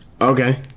Okay